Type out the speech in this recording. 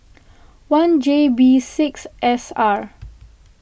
one J B six S R